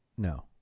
No